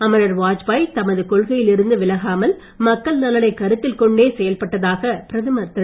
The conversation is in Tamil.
அமரர் வாஜ்பாய் தமது கொள்கையில் இருந்து விலகாமல் மக்கள் நலனைக் கருத்தில் கொண்டே செயல்பட்டதாக பிரதமர் திரு